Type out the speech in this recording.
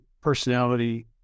personality